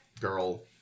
girl